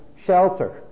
shelter